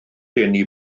eni